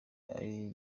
ari